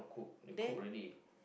then